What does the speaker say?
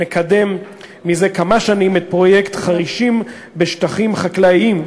מקדם מזה כמה שנים את פרויקט חרישים בשטחים חקלאיים,